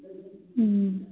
ꯎꯝ